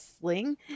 sling